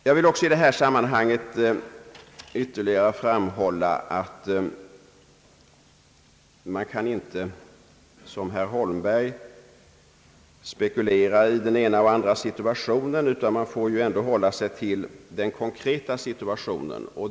Jag vill i detta sammanhang ytterligare framhålla att man inte, såsom herr Holmberg gör, kan spekulera i den ena eller andra situationen, utan man får ändå hålla sig till den konkreta situationen.